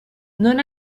non